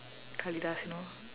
kaalidas you know